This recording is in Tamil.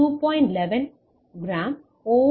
11 கிராம் ஓ